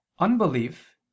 Unbelief